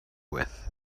with